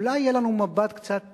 אולי יהיה לנו מבט קצת